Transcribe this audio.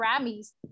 Grammys